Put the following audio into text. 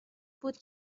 بود